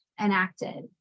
enacted